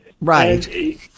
Right